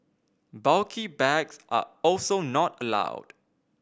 bulky bags are also not allowed